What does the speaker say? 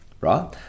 right